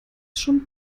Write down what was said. schon